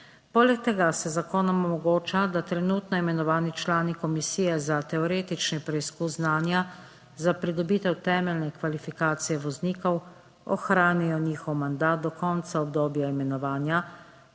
Poleg tega se z zakonom omogoča, da trenutno imenovani člani komisije za teoretični preizkus znanja za pridobitev temeljne kvalifikacije voznikov ohranijo njihov mandat do konca obdobja imenovanja,